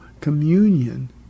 communion